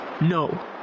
No